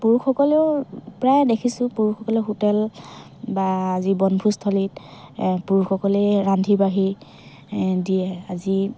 পুৰুষসকলেও প্ৰায় দেখিছোঁ পুৰুষসকলেও হোটেল বা যি বনভোজথলীত পুৰুষসকলেই ৰান্ধি বাঢ়ি দিয়ে আজি